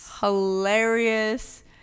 Hilarious